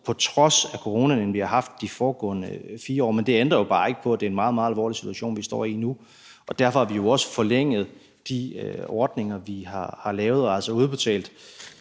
på trods af coronaen, end vi har haft de foregående 4 år, men det ændrer bare ikke på, at det er en meget, meget alvorlig situation, vi står i nu, og derfor har vi jo også forlænget de ordninger, vi har lavet, og har altså nu udbetalt